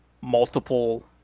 multiple